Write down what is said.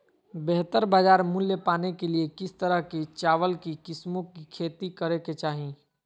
बेहतर बाजार मूल्य पाने के लिए किस तरह की चावल की किस्मों की खेती करे के चाहि?